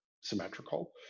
symmetrical